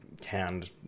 canned